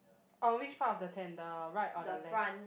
on which part of the tent right or the left